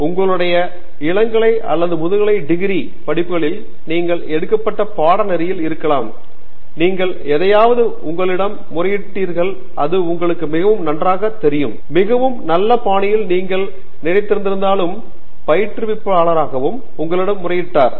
உங்களுடைய இளங்கலை அல்லது முதுகலை டிகிரி படிப்புகளில் நீங்கள் எடுக்கப்பட்ட பாடநெறியில் இருக்கலாம் நீங்கள் எதையாவது உங்களிடம் முறையிட்டீர்கள் அது உங்களுக்கு மிகவும் நன்றாகத் தெரியும் மிகவும் நல்ல பாணியில் நீங்கள் நினைத்திருந்தாலும் பயிற்றுவிப்பாளராகவும் உங்களிடம் முறையிட்டார்